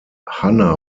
hanna